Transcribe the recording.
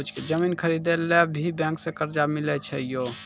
जमीन खरीदे ला भी बैंक से कर्जा मिले छै यो?